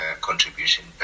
contribution